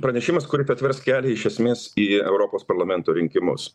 pranešimas kuris atvers kelią iš esmės į europos parlamento rinkimus